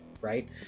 right